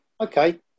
okay